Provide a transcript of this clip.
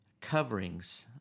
coverings